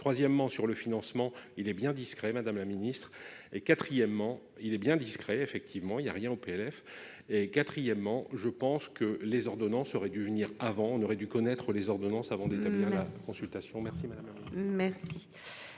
troisièmement, sur le financement, il est bien discret, Madame la Ministre et quatrièmement, il est bien discret, effectivement, il y a rien au PLF et quatrièmement, je pense que les ordonnances aurait dû venir avant, on aurait dû connaître les ordonnances avant déterminant. Consultation merci madame, merci,